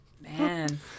Man